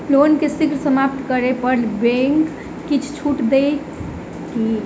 loan केँ शीघ्र समाप्त करै पर बैंक किछ छुट देत की